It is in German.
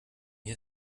mir